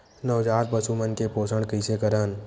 नवजात पशु मन के पोषण कइसे करन?